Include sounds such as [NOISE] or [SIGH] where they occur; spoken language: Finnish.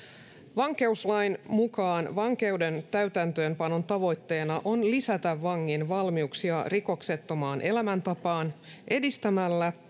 vankeuslain mukaan vankeuden täytäntöönpanon tavoitteena on lisätä vangin valmiuksia rikoksettomaan elämäntapaan edistämällä [UNINTELLIGIBLE]